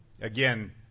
Again